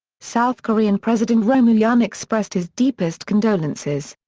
south korean president roh moo-hyun expressed his deepest condolences.